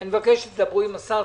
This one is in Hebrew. אני מבקש שתדברו עם השר.